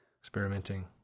experimenting